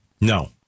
No